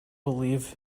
believe